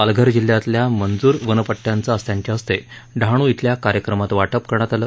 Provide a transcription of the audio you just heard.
पालघर जिल्ह्यातल्या मंजूर वनपट्ट्यांचं आज त्यांच्या हस्ते डहाणू इथल्या कार्यक्रमात वाटप करण्यात आलं